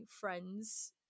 friends